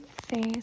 face